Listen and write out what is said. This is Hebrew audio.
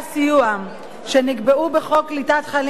שנקבעו בחוק קליטת חיילים משוחררים,